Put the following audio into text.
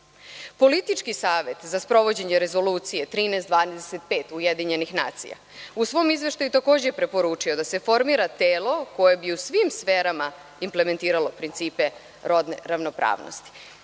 Politički savet za sprovođenje Rezolucije 1325 Ujedinjenih nacija u svom izveštaju je takođe preporučio da se formira telo koje bi u svim sferama implementiralo principe rodne ravnopravnosti.